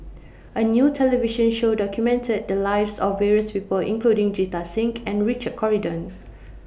A New television Show documented The Lives of various People including Jita think and Richard Corridon